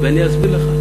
ואני אסביר לך.